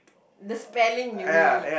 the spelling you mean